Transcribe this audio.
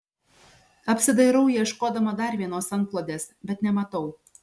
apsidairau ieškodama dar vienos antklodės bet nematau